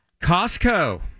Costco